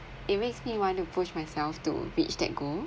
it makes me want to push myself to reach that goal